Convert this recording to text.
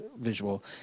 visual